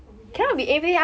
oh yes